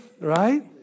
Right